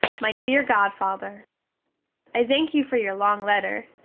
my dear godfather i thank you for your long letter,